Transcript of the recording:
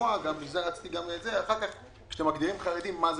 לשמוע איך אתם מגדירים חרדים.